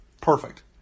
Perfect